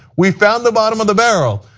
we found the bottom of the barrel,